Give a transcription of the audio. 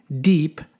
DEEP